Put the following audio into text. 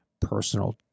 personal